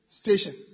station